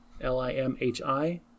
L-I-M-H-I